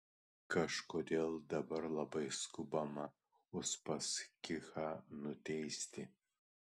kažkodėl dabar labai skubama uspaskichą nuteisti